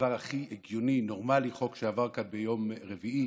דבר הכי הגיוני, נורמלי, חוק שעבר כאן ביום רביעי,